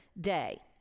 day